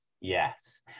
yes